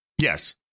Yes